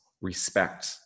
respect